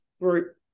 group